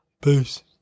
Peace